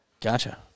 Gotcha